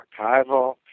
archival